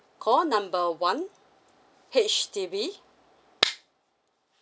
call number one H_D_B